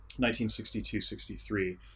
1962-63